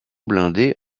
blindé